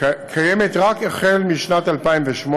רק משנת 2008,